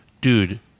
dude